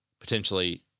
potentially